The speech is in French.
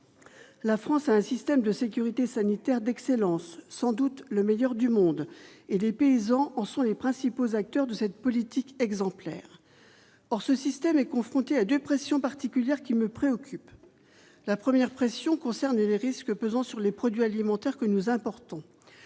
La France a un système de sécurité sanitaire d'excellence sans doute le meilleur du monde et les paysans en sont les principaux acteurs de cette politique exemplaire, or ce système est confrontée à de pression particulière qui me préoccupe la première pression concerne les risques pesant sur les produits alimentaires que nous importons